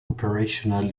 operational